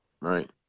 right